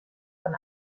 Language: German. von